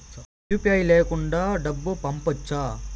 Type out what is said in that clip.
UPI లేకుండా డబ్బు పంపొచ్చా